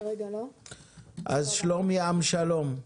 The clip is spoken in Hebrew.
אז שלומי עם שלום.